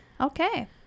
okay